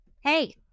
Hey